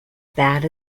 bad